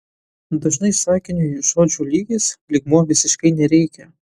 dažnai sakiniui žodžių lygis lygmuo visiškai nereikia